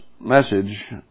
message